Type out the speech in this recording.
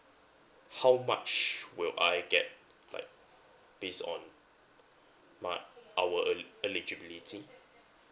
how much will I get like based on my our eli~ eligibility